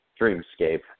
Dreamscape